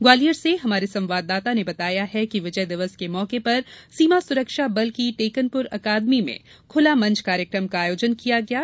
ग्वालियर से हमारे संवाददाता ने बताया है कि विजय दिवस के मौके पर सीमा सुरक्षा बल की टेकनपुर अकादमी में खुलामंच कार्यक्रम का आयोजन किया गया है